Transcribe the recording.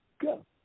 go